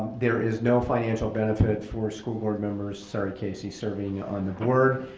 there is no financial benefit for school board members, sorry casey, serving on the board.